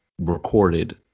recorded